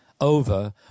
over